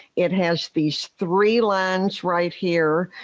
it has these three lines right here.